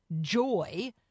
joy